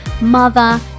mother